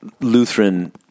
Lutheran